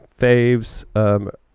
faves